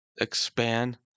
expand